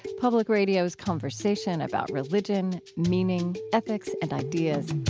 public radio's conversation about religion, meaning, ethics, and ideas.